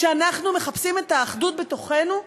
כשאנחנו מחפשים את האחדות בתוכנו,